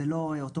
זה לא אוטומטית,